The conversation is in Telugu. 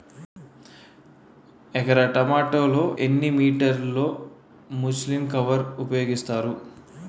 ఎకర టొమాటో లో ఎన్ని మీటర్ లో ముచ్లిన్ కవర్ ఉపయోగిస్తారు?